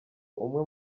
umwe